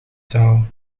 taal